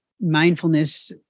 mindfulness